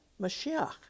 Mashiach